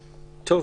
נכון,